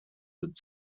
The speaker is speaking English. but